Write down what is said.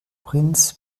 prinz